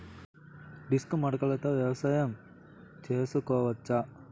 Disc మడకలతో వ్యవసాయం చేసుకోవచ్చా??